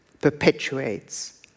perpetuates